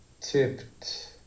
tipped